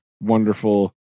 wonderful